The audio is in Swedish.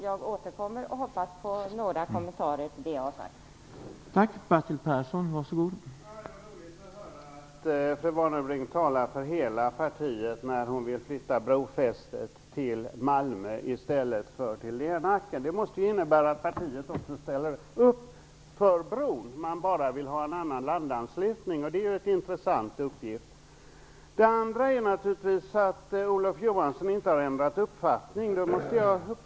Jag återkommer, och jag hoppas på några kommentarer till det jag har sagt.